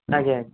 ଆଜ୍ଞା ଆଜ୍ଞା